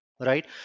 Right